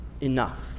enough